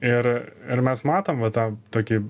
ir ir mes matom va tą tokį